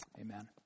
Amen